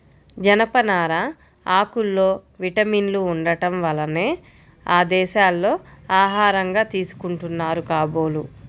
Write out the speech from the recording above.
జనపనార ఆకుల్లో విటమిన్లు ఉండటం వల్లనే ఆ దేశాల్లో ఆహారంగా తీసుకుంటున్నారు కాబోలు